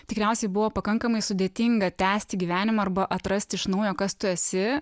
tikriausiai buvo pakankamai sudėtinga tęsti gyvenimą arba atrast iš naujo kas tu esi